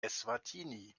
eswatini